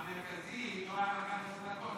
המרכזי לא לקח עשר דקות,